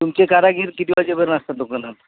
तुमचे कारागीर किती वाजेपर्यंत असतात दुकानात